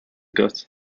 gut